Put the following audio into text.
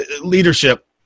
leadership